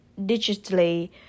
digitally